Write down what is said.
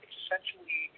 essentially